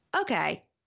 okay